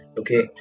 okay